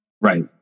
Right